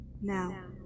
Now